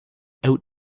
out